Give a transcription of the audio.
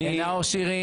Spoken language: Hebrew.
נאור שירי.